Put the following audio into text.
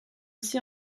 aussi